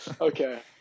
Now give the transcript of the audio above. Okay